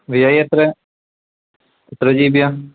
V I എത്ര എത്ര G B ആണ്